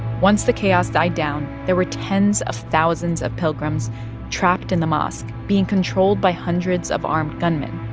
once the chaos died down, there were tens of thousands of pilgrims trapped in the mosque, being controlled by hundreds of armed gunmen.